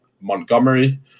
montgomery